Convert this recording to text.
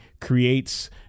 creates